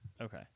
Okay